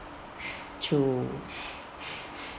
to